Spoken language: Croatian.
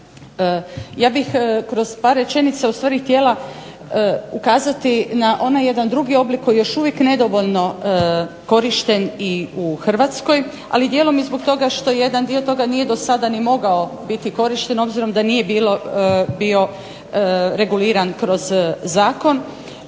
Ja bih kroz par rečenica ustvari htjela ukazati na onaj jedan drugi oblik koji još uvijek nedovoljno korišten i u Hrvatskoj, ali i dijelom i zbog toga što jedan dio toga nije do sada ni mogao biti korišten, obzirom da nije bio reguliran kroz zakon.